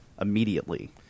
immediately